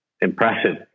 impressive